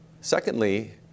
secondly